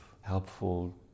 helpful